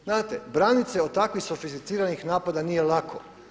Znate, branit se od takvih sofisticiranih napada nije lako.